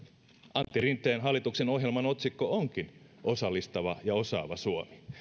antti rinteen hallituksen ohjelman otsikko onkin osallistava ja osaava suomi